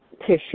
tissue